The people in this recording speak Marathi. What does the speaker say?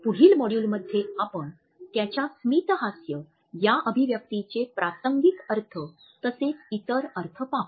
पुढील मॉड्यूलमध्ये आपण त्याच्या स्मित हास्य या अभिव्यक्तीचे प्रासंगिक अर्थ तसेच इतर अर्थ पाहू